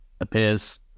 appears